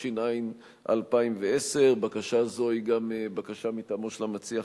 התש"ע 2010. בקשה זו היא גם מטעמו של המציע,